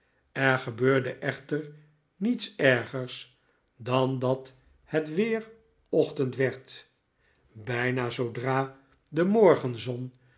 er gebeurde echter niets ergers dan dat het weer ochtend werd bijna zoodra de morgenzon de